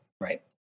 right